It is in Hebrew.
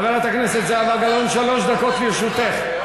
חברת הכנסת זהבה גלאון, שלוש דקות לרשותך.